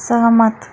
सहमत